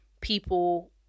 people